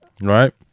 Right